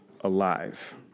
alive